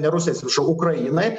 ne rusijai atsiprašau ukrainai